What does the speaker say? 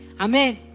Amen